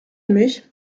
mich